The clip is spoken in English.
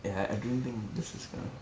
eh I I don't think this is gonna